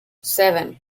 seven